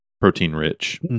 Protein-rich